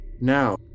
Now